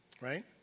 Right